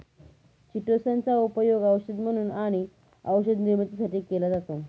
chitosan चा उपयोग औषध म्हणून आणि औषध निर्मितीसाठी केला जातो